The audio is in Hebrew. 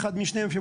אחד משניהם,